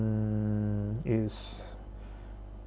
mm is